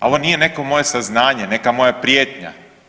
Ovo nije neko moje saznanje, neka moja prijetnja.